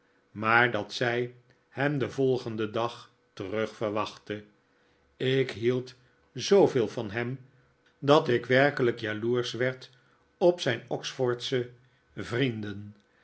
maar dat zij hem den volgenden dag terug verwachtte ik hield zooveel van hem dat ik werkelijk jaloersch werd op zijn oxfordsche vrienden